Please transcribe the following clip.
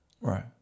Right